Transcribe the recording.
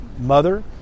mother